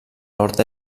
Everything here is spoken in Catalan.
nord